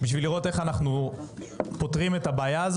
בשביל לראות איך אנחנו פותרים את הבעיה.